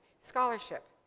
scholarship